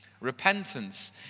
Repentance